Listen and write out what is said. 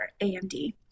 AMD